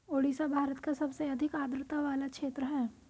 ओडिशा भारत का सबसे अधिक आद्रता वाला क्षेत्र है